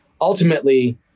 ultimately